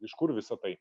iš kur visa tai